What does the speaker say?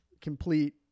complete